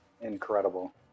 incredible